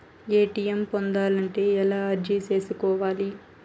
ATM పొందాలంటే ఎలా అర్జీ సేసుకోవాలి?